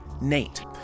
Nate